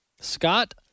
Scott